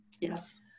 Yes